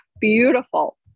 beautiful